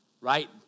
Right